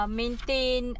maintain